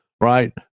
right